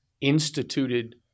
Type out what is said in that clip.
instituted